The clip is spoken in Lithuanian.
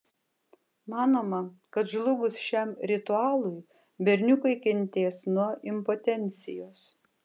manoma kad žlugus šiam ritualui berniukai kentės nuo impotencijos